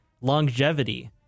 longevity